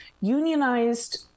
unionized